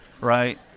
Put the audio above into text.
right